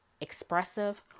expressive